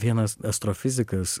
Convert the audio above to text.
vienas astrofizikas